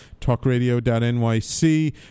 talkradio.nyc